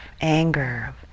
anger